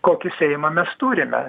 kokį seimą mes turime